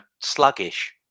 sluggish